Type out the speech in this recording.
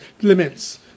limits